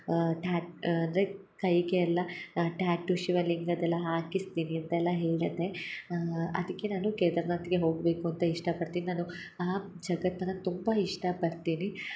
that ಅಂದರೆ ಕೈಗೆ ಎಲ್ಲ ಟ್ಯಾಟು ಶಿವಲಿಂಗದೆಲ್ಲ ಹಾಕಿಸ್ತೀನಿ ಅಂತೆಲ್ಲ ಹೇಳಿದ್ದೆ ಅದಕ್ಕೆ ನಾನು ಕೇದರ್ನಾಥ್ಗೆ ಹೋಗಬೇಕು ಅಂತ ಇಷ್ಟಪಡ್ತೀನಿ ನಾನು ಆ ಜಗತ್ತನ್ನು ತುಂಬ ಇಷ್ಟಪಡ್ತೀನಿ